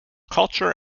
culture